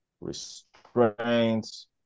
restraints